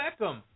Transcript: Beckham